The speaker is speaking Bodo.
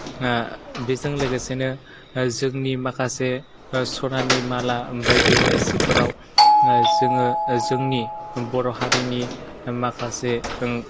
बेजों लोगोसेनो जोंनि माखासे सनानि माला बायदि लाइसिफोराव जोङो जोंनि बर' हारिनि माखासे